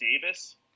Davis